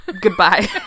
Goodbye